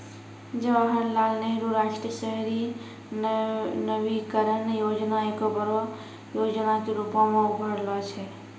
जवाहरलाल नेहरू राष्ट्रीय शहरी नवीकरण योजना एगो बड़ो योजना के रुपो मे उभरलो छै